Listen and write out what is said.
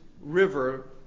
river